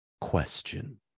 question